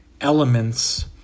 elements